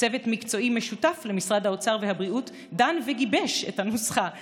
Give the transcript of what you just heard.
צוות מקצועי משותף למשרד האוצר והבריאות דן וגיבש את הנוסחה למיסוי,